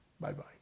Bye-bye